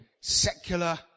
secular